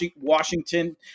Washington